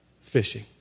fishing